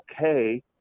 okay